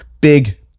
big